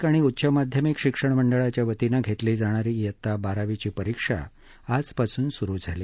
राज्य माध्यमिक आणि उच्च माध्यमिक शिक्षण मंडळाच्या वतीनं घेतली जाणारी वित्ता बारावीची परीक्षा आजपासून सुरू झाली